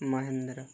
Mahindra